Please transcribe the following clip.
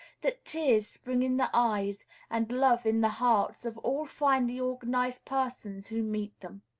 that tears spring in the eyes and love in the hearts of all finely organized persons who meet them.